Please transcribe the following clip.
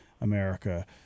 America